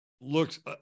looks